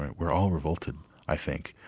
we're all revolted i think,